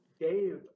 Dave